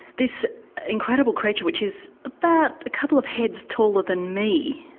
this incredible creature, which is about a couple of heads taller than me,